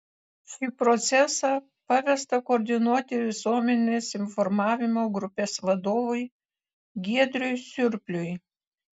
šį procesą pavesta koordinuoti visuomenės informavimo grupės vadovui giedriui surpliui